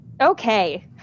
Okay